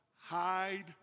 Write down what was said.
Hide